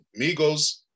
Migos